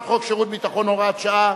שעה)